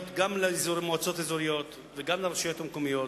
גם למועצות אזוריות וגם לרשויות המקומיות,